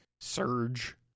surge